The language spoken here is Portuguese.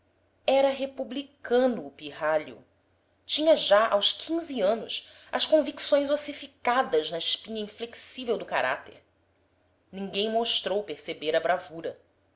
era republicano o pirralho tinha já aos quinze anos as convicções ossificadas na espinha inflexível do caráter ninguém mostrou perceber a bravura